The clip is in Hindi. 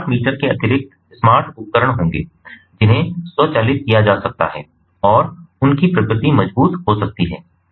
इस स्मार्ट मीटर के अतिरिक्त स्मार्ट उपकरण होंगे जिन्हें स्वचालित किया जा सकता है और उनकी प्रकृति मजबूत हो सकती हैं